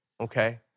Okay